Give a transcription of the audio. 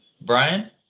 Brian